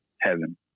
heaven